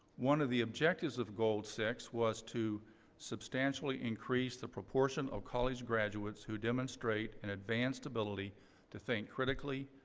one of the objectives of goal six was to substantially increase the proportion of college graduates who demonstrate an advanced ability to think critically,